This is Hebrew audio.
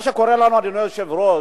מה שקורה לנו, אדוני היושב-ראש,